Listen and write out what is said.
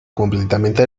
completamente